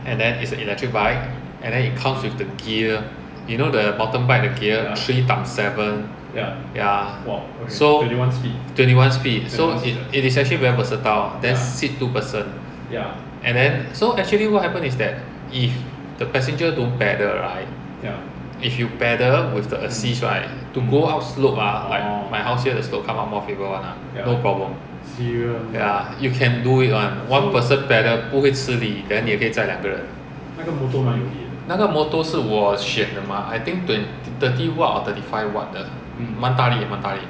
and then it's a electric bike and then it comes with the gear you know the bottom part at the gear three times seven ya twenty one speed so it it is actually very versatile then sit two person and then so actually what happened is that if the passenger don't pedal better right if you pedal with the assist right to go up slope ah like my house here the slope come out mount faber [one] ah no problem ya you can do it [one] one person pedal 不会吃力 then 你也可以载两个人那个 motor 是我选的吗 I think thirty watt or thirty five watt 的蛮大力的蛮大力的